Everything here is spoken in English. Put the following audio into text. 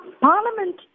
Parliament